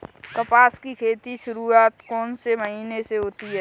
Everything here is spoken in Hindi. कपास की खेती की शुरुआत कौन से महीने से होती है?